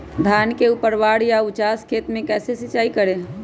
धान के ऊपरवार या उचास खेत मे कैसे सिंचाई करें?